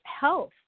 health